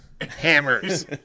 Hammers